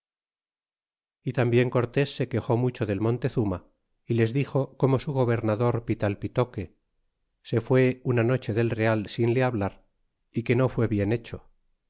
y tambien cortés se quejó mucho del montezuma y les dixo como su gobernador pitalpitoque se fué una noche del real sin le hablar y que no fe bien hecho